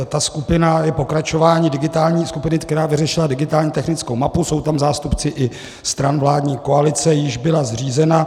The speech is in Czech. Ta skupina je pokračováním digitální skupiny, která vyřešila digitální technickou mapu, jsou tam zástupci i stran vládní koalice, jíž byla zřízena.